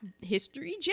history